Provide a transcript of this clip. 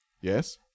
Yes